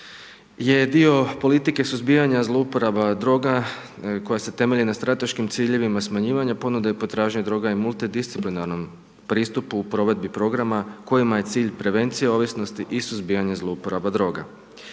je dio politike suzbijanja zlouporaba droga, koja se temelji na strateškim ciljevima smanjivanja. Ponuda i potražnja droga je multidisciplinarnom pristupu u provedbi programa u kojima je cilj prevencije ovisnosti i suzbijanja zlouporaba droga.